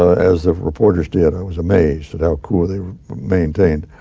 as reporters did. i was amazed at how cool they maintained.